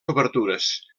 obertures